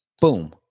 boom